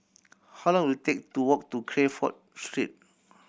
how long will it take to walk to Crawford Street